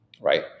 right